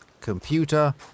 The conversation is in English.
computer